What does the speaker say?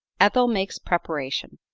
ethel makes preparation